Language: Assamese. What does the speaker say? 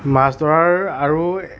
মাছ ধৰাৰ আৰু